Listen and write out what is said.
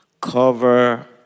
cover